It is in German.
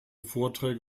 vorträge